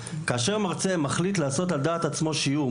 כאשר מרצה מחליט לעשות על דעת עצמו שיעור,